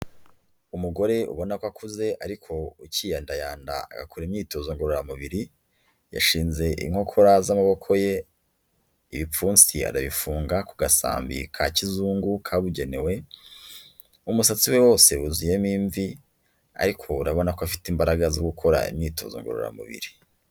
Umugore ubonako akuze ariko ucyiyandayanda agakora imyitozo ngororamubiri, yashinze inkokora z'amaboko ye, ibipfunsi arabifunga ku gasambi ka kizungu kabugenewe, umusatsi we wose wuzuyemo imvi, ariko urabona ko afite imbaraga zo gukora imyitozo ngororamubiri.